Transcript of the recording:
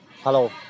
Hello